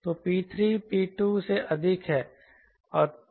तो P3P2 से अधिक है P2 P1 से अधिक है